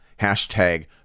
hashtag